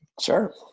Sure